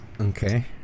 Okay